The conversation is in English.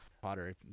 potter